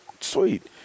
Sweet